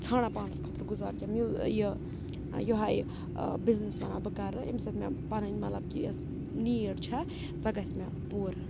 ژھانٛڈان پانَس خٲطرٕ گُزار کیٚنٛہہ میوٕ یہِ یِہَے بِزنِس وَنان بہٕ کَرٕ امہِ سۭتۍ مےٚ پَنٕنۍ مطلب کہِ یۄس نیٖڈ چھےٚ سۄ گژھِ مےٚ پوٗرٕ